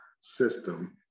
system